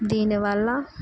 దీనివల్ల